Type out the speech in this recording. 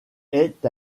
est